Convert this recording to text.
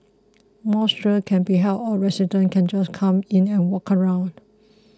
mosque tour can be held or residents can just come in and walk around